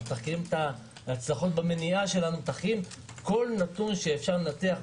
אנחנו מתחקרים את ההצלחות במניעה שלנו ומנתחים כל נתון שאפשר לנתח,